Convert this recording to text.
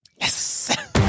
Yes